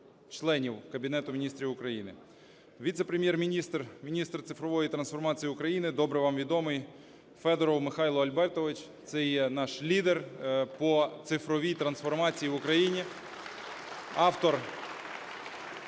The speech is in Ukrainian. членів Кабінету Міністрів України. Віце-прем'єр-міністр – міністр цифрової трансформації України – добре вам відомий Федоров Михайло Альбертович. Це є наш лідер по цифровій трансформації в Україні.